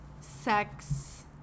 sex